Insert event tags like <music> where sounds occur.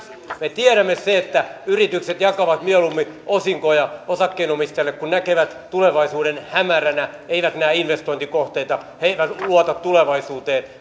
me tiedämme sen että yritykset jakavat mieluummin osinkoja osakkeenomistajille kuin näkevät tulevaisuuden hämäränä eivät näe investointikohteita eivät luota tulevaisuuteen <unintelligible>